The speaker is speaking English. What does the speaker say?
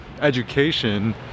education